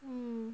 mm